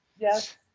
Yes